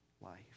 life